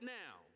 now